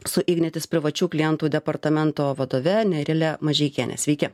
su ignitis privačių klientų departamento vadove nerile mažeikiene sveiki